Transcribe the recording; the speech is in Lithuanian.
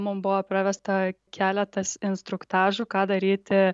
mum buvo pravesta keletas instruktažų ką daryti